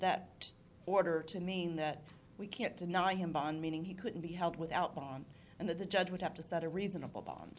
that order to mean that we can't deny him bond meaning he couldn't be held without bond and that the judge would have to set a reasonable bond